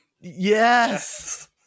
Yes